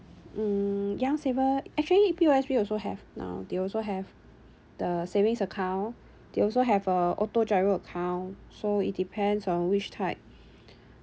mm young saver actually P_O_S_B also have now they also have the savings account they also have uh auto GIRO account so it depends on which type